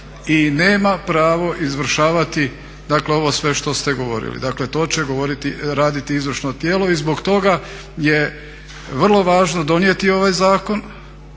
i nema pravo izvršavati, dakle ovo sve što ste govorili. Dakle, to će raditi izvršno tijelo i zbog toga je vrlo važno donijeti ovaj zakon